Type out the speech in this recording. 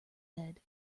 head